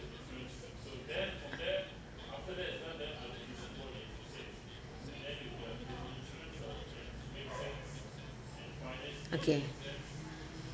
okay